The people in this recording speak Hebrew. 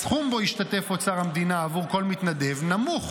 הסכום שבו ישתתף אוצר המדינה עבור כל מתנדב נמוך